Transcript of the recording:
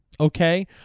okay